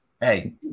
hey